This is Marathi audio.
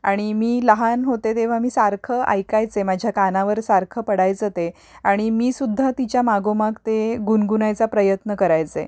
आणि मी लहान होते तेव्हा मी सारखं ऐकायचे माझ्या कानावर सारखं पडायचं ते आणि मी सुद्धा तिच्या मागोमाग ते गुणगुणायचा प्रयत्न करायचे